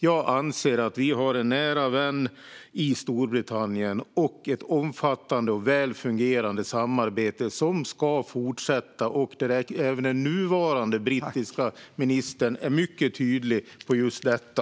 Jag anser att vi har en nära vän i Storbritannien och ett omfattande och väl fungerande samarbete som ska fortsätta. Även den nuvarande brittiska försvarsministern är mycket tydlig med just detta.